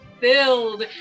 filled